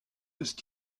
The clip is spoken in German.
ist